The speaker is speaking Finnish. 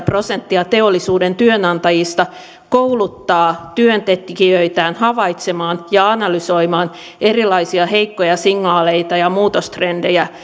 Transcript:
prosenttia teollisuuden työnantajista kouluttaa työntekijöitään havaitsemaan ja analysoimaan erilaisia heikkoja signaaleita ja muutostrendejä